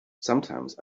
sometimes